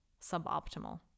suboptimal